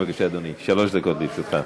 בבקשה, אדוני, שלוש דקות לרשותך.